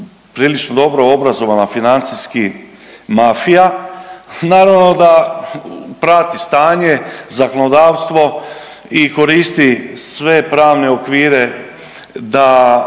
prilično dobro obrazovanja financijski mafija naravno da prati stanje, zakonodavstvo i koristi sve pravne okvire da